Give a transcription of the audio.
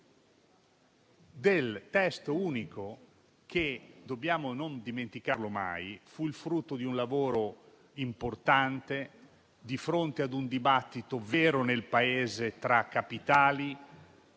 del testo unico che - non dobbiamo dimenticarlo mai - fu frutto di un lavoro importante a fronte di un dibattito vero nel Paese tra capitali,